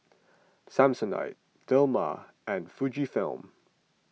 Samsonite Dilmah and Fujifilm